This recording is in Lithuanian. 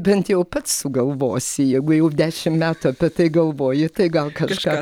bent jau pats sugalvosi jeigu jau dešimt metų apie tai galvoji tai gal kažką